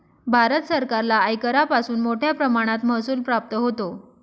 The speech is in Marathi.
भारत सरकारला आयकरापासून मोठया प्रमाणात महसूल प्राप्त होतो